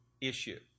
issue